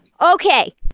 Okay